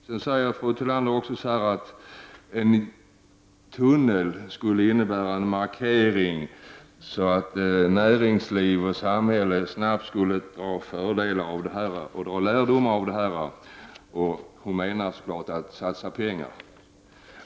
Fru Tillander sade också att en tunnel skulle innebära en markering som näringsliv och samhälle snabbt skulle dra lärdom av. Hon menade förstås att man skulle satsa pengar.